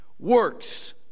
works